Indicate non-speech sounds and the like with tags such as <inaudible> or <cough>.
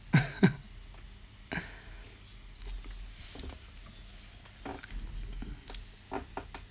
<laughs>